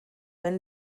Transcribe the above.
wenn